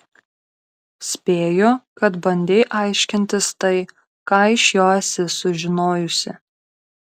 spėju kad bandei aiškintis tai ką iš jo esi sužinojusi